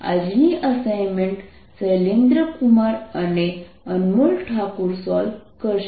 આજની અસાઇનમેન્ટ શૈલેન્દ્ર કુમાર અને અનમોલ ઠાકુર સોલ્વ કરશે